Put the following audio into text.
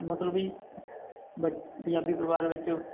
ਮਤਲਬ ਵੀ ਬੱਚਾ ਪੰਜਾਬੀ ਪਰਿਵਾਰ ਵਿੱਚ